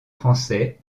français